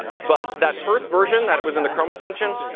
but that first version that it was in the chrome extension,